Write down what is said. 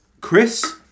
Chris